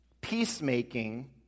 Peacemaking